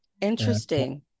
Interesting